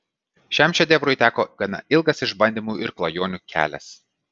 šiam šedevrui teko gana ilgas išbandymų ir klajonių kelias